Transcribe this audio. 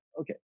Okay